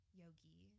yogi